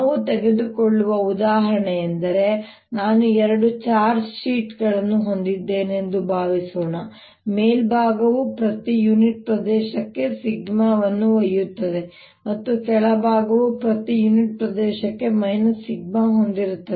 ನಾನು ತೆಗೆದುಕೊಳ್ಳುವ ಉದಾಹರಣೆಯೆಂದರೆ ನಾನು ಎರಡು ಚಾರ್ಜ್ ಶೀಟ್ಗಳನ್ನು ಹೊಂದಿದ್ದೇನೆ ಎಂದು ಭಾವಿಸೋಣ ಮೇಲ್ಭಾಗವು ಪ್ರತಿ ಯೂನಿಟ್ ಪ್ರದೇಶಕ್ಕೆ ಸಿಗ್ಮಾ ವನ್ನು ಒಯ್ಯುತ್ತದೆ ಮತ್ತು ಕೆಳಭಾಗವು ಪ್ರತಿ ಯೂನಿಟ್ ಪ್ರದೇಶಕ್ಕೆ ಹೊಂದಿರುತ್ತದೆ